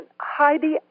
Heidi